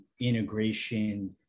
integration